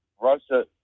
Russia